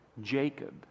Jacob